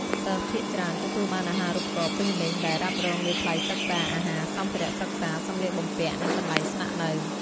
សិស្សភាគច្រើនទទួលបានអាហារូបករណ៍ពេញលេញ ដែលរ៉ាប់រងលើថ្លៃសិក្សា អាហារ សម្ភារៈសិក្សា សម្លៀកបំពាក់ និងកន្លែងស្នាក់នៅ។